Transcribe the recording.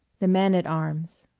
the man-at-arms